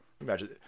Imagine